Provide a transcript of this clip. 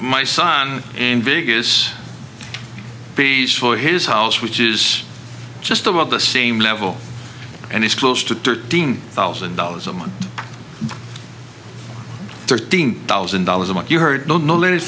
my son and vegas piece for his house which is just about the same level and it's close to thirteen thousand dollars a month thirteen thousand dollars a month you heard